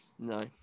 No